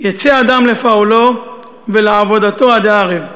"יֵצא אדם לפעלו ולעבֹדתו עדי ערב".